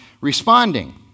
responding